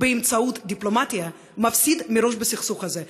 באמצעות דיפלומטיה מפסיד מראש בסכסוך הזה.